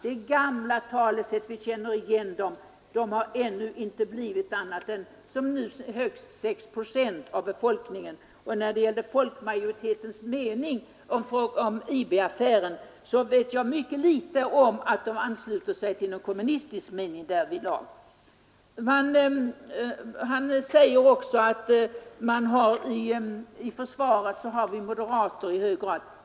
Det är talesätt som vi känner igen, men kommunisterna har inte mer än 5 procent av befolkningen bakom sig och folkets mening om IB-affären tror jag inte sammanfaller med kommunisternas. Herr Lövenborg säger också att det inom försvaret finns moderater i stor utsträckning.